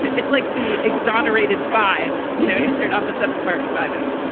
it's like the exonerated five. you know, they're not the central park five anywhere.